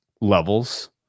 levels